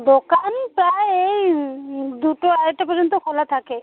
দোকান প্রায় এই দুটো আড়াইটা পর্যন্ত খোলা থাকে